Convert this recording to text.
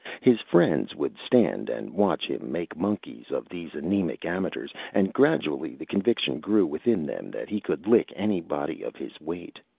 his friends would stand and watch him make monkeys of these anaemic amateurs, and gradually the conviction grew within them that he could lick anybody of his weight.